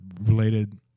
related